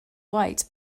white